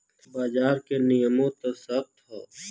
बाजार के नियमों त सख्त हौ